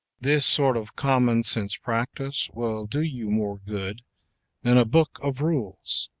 this sort of common-sense practise will do you more good than a book of rules.